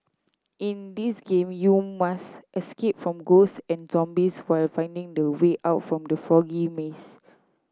in this game you must escape from ghosts and zombies while finding the way out from the foggy maze